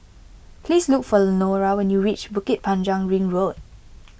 please look for Lenora when you reach Bukit Panjang Ring Road